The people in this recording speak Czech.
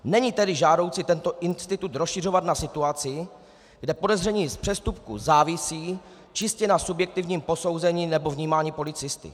Není tedy žádoucí tento institut rozšiřovat na situaci, kde podezření z přestupku závisí čistě na subjektivním posouzení nebo vnímání policisty.